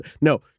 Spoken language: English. No